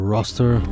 Roster